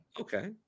okay